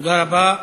תודה רבה.